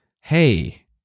hey